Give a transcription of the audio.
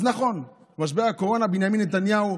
אז נכון, משבר הקורונה, בנימין נתניהו,